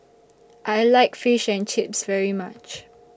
I like Fish and Chips very much